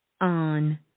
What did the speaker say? on